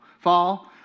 fall